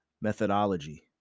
methodology